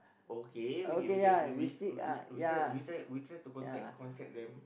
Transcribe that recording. okay we we can we we we try we try we try to contact contact them